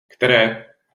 které